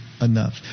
enough